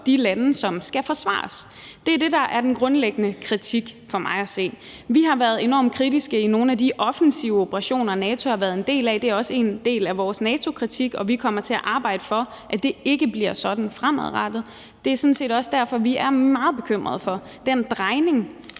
de lande, som skal forsvares. Det er det, der er den grundlæggende kritik for mig at se. Vi har været enormt kritiske over for nogle af de offensive operationer, NATO har været en del af – det er også en del af vores NATO-kritik – og vi kommer til at arbejde for, at det ikke bliver sådan fremadrettet. Det er sådan set også derfor, vi er meget bekymrede for den drejning,